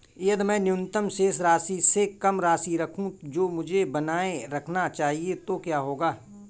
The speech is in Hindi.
यदि मैं न्यूनतम शेष राशि से कम राशि रखूं जो मुझे बनाए रखना चाहिए तो क्या होगा?